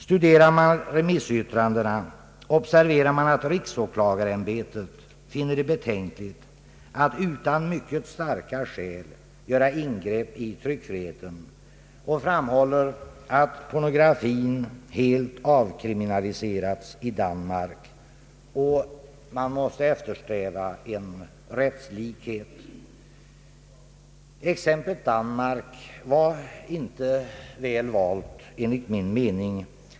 Studerar man remissyttrandena observerar man, att riksåklagarämbetet finner det betänkligt att utan mycket starka skäl göra ingrepp i tryckfriheten och framhåller att pornografin helt avkriminaliserats i Danmark. Rättslikhet måste eftersträvas. Exemplet Danmark var enligt min mening illa valt.